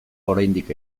oraindik